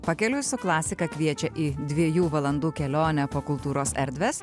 pakeliui su klasika kviečia į dviejų valandų kelionę po kultūros erdves